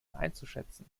einzuschätzen